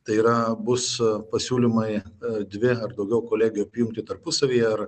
tai yra bus pasiūlymai dvi ar daugiau kolege apjungti tarpusavyje ar